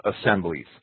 assemblies